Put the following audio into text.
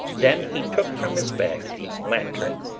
then he took from his bag the lantern,